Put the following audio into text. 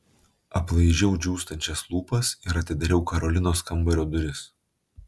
aplaižiau džiūstančias lūpas ir atidariau karolinos kambario duris